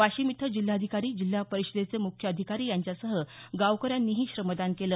वाशिम इथं जिल्हाधिकारी जिल्हा परिषदेचे मुख्य अधिकारी यांच्यासह गावकऱ्यांनीही श्रमदान केले